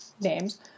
names